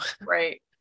right